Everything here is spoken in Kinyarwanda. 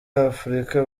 afrika